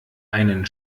einen